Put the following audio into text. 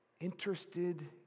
interested